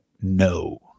no